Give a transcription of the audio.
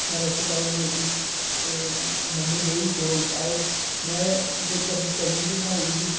सारें आस्तै पाई ओड़ो रुट्टी ते मम्मी गेई चौल पाए में ते कन्नै चटनी बी बनाई दी ही